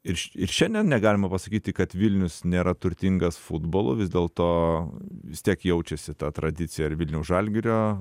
ir ir šiandien negalima pasakyti kad vilnius nėra turtingas futbolu vis dėlto vis tiek jaučiasi ta tradicija ar vilniaus žalgirio